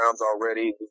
already